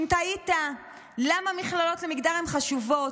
אם תהית למה המכללות למגדר הן חשובות,